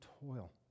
toil